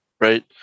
right